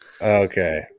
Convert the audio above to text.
Okay